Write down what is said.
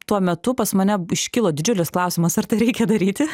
tuo metu pas mane iškilo didžiulis klausimas ar tai reikia daryti